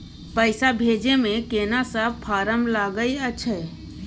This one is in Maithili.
पैसा भेजै मे केना सब फारम लागय अएछ?